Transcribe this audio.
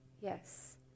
Yes